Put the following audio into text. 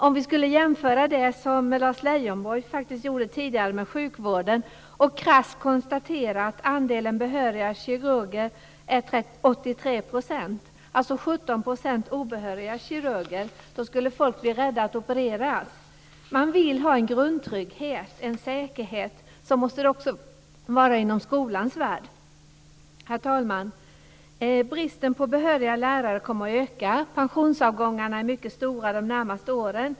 Om vi skulle jämföra det med sjukvården - vilket Lars Leijonborg faktiskt gjorde tidigare - och krasst konstatera att andelen behöriga kirurger är 83 %, och att 17 % alltså är obehöriga, skulle folk bli rädda för att opereras. Man vill ha en grundtrygghet, en säkerhet. Så måste det också vara inom skolans värld. Herr talman! Bristen på behöriga lärare kommer att öka. Pensionsavgångarna är mycket stora de närmaste åren.